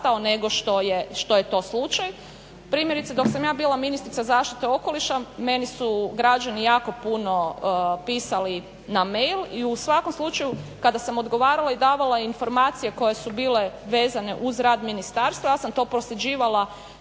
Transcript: nego što je to slučaj. Primjerice dok sam ja bila ministrica zaštite okoliša, meni su građani jako puno pisali na mail i u svakom slučaju kada sam odgovarala i davala informacije koje su bile vezane uz rad ministarstva, ja sam to prosljeđivala